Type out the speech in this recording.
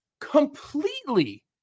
Completely